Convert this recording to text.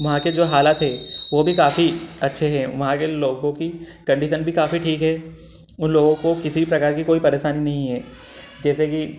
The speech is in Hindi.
वहाँ के जो हालात है वो भी काफी अच्छे हैं वहाँ के लोगों की कंडीशन भी काफी ठीक है उन लोगों को किसी प्रकार की कोई परेशानी नहीं है जैसे कि